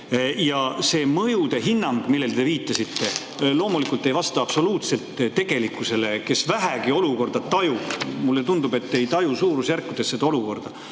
Ja see mõjude hinnang, millele te viitasite, loomulikult ei vasta absoluutselt tegelikkusele. Kes vähegi olukorda tajub, [mõistab seda]. Mulle tundub, et te ei taju suurusjärkudes seda olukorda.